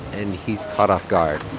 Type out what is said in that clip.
and he's caught off guard